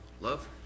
Love